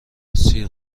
سیر